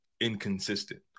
inconsistent